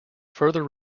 further